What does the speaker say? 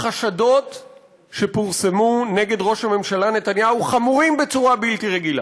החשדות שפורסמו נגד ראש הממשלה נתניהו חמורים בצורה בלתי רגילה,